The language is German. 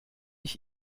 ich